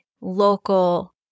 local